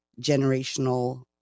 generational